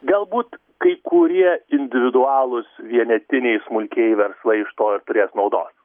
galbūt kai kurie individualūs vienetiniai smulkieji verslai iš to ir turės naudos